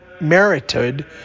merited